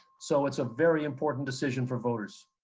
so, it's a very important decision for voters.